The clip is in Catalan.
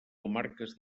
comarques